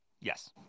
Yes